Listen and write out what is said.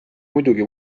muidugi